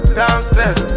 downstairs